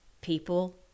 people